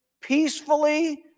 Peacefully